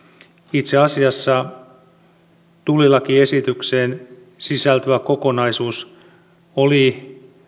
itse asiassa tullilakiesitykseen sisältyvä kokonaisuus oli